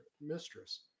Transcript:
Mistress